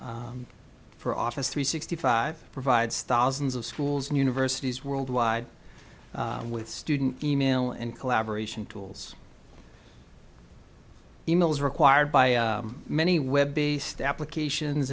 for office three sixty five provides thousands of schools and universities worldwide with student e mail and collaboration tools e mail is required by many web based applications